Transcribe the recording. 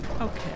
Okay